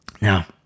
Now